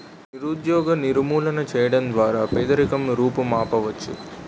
నిరుద్యోగ నిర్మూలన చేయడం ద్వారా పేదరికం రూపుమాపవచ్చు